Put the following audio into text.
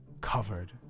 covered